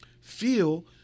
feel